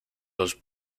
los